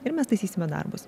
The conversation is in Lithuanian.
ir mes taisysime darbus